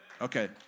Okay